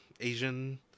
Asian